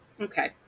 Okay